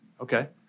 okay